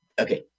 Okay